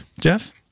Jeff